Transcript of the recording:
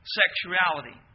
sexuality